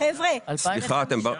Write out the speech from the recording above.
קשה לנו להבחין בין אם הוא 50%,